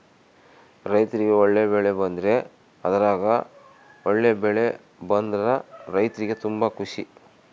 ರೈರ್ತಿಗೆ ಬೆಳೆ ಬಂದ್ರೆ ಅದ್ರಗ ಒಳ್ಳೆ ಬೆಳೆ ಬಂದ್ರ ರೈರ್ತಿಗೆ ತುಂಬಾ ಖುಷಿ